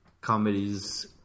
comedies